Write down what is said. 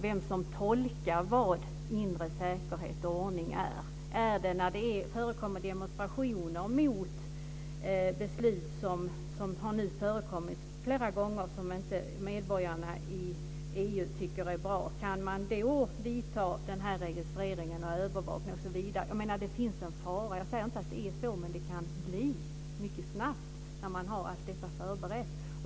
Vem tolkar vad inre säkerhet och ordning är? Är det när det förekommer demonstrationer mot beslut som medborgarna i EU inte tycker är bra? Det har förekommit flera gånger. Kan man då vidta den här registreringen och övervakningen? Jag menar att det finns en fara. Jag säger inte att det är så, men det kan bli så mycket snabbt när man har allt detta förberett.